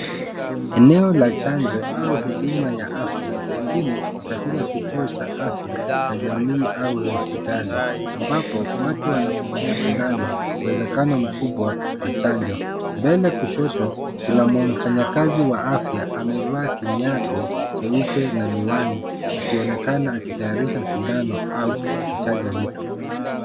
Eneo la chanjo au huduma ya afya pengine katika kituo cha afya cha jamii au hospitali ambapo watu wanapokea sindano uwezekano mkubwa wa chanjo. Mbele kushoto kuna mfanyakazi wa afya amevaa kinyago cheupe na miwani akionekana akitayarisha sindano au kuchanja mtu.